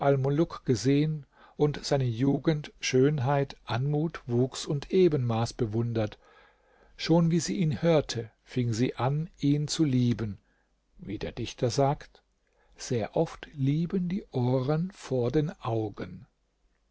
gesehen und seine jugend schönheit anmut wuchs und ebenmaß bewundert schon wie sie ihn hörte fing sie an ihn zu lieben wie der dichter sagt sehr oft lieben die ohren vor den augen